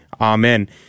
Amen